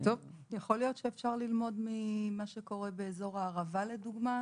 יכול להיות שאפשר ללמוד ממה שקורה באזור הערבה לדוגמה,